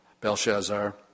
Belshazzar